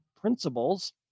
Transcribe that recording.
principles